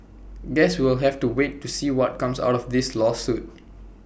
guess we'll have to wait to see what comes out of this lawsuit